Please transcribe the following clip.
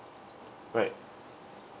right